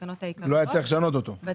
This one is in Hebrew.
בתקנה 90 בסופה נאמר: "(ח)